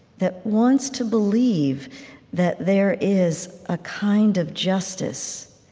that wants to believe that there is a kind of justice